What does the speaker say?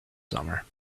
summer